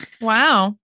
Wow